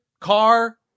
car